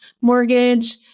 mortgage